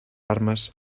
armes